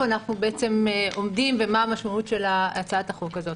אנחנו בעצם עומדים ומה המשמעות של הצעת החוק הזאת.